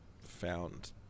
found